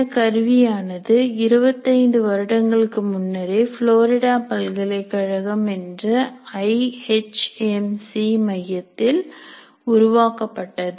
இந்த கருவியானது 25 வருடங்களுக்கு முன்னரே ஃப்ளோரிடா பல்கலைக்கழகம் என்ற IHMC மையத்தில் உருவாக்கப்பட்டது